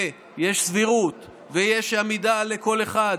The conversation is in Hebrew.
ויש סבירות, ויש עמידה לכל אחד,